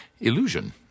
Illusion